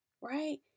Right